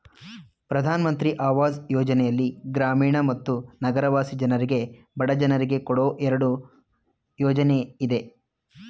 ಪ್ರಧಾನ್ ಮಂತ್ರಿ ಅವಾಜ್ ಯೋಜನೆಯಲ್ಲಿ ಗ್ರಾಮೀಣ ಮತ್ತು ನಗರವಾಸಿ ಜನರಿಗೆ ಬಡ ಜನರಿಗೆ ಕೊಡೋ ಎರಡು ಯೋಜನೆ ಇದೆ